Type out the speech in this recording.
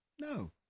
No